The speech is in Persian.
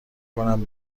کنم